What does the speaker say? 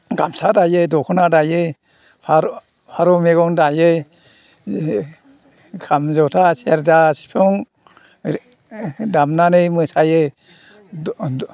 गामसा दायो दख'ना दायो फारौ फारौ मेगन दायो खाम जथा सेरजा सिफुं दामनानै मोसायो द' द'